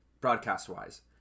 broadcast-wise